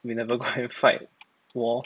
we never clarified lor